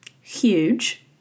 Huge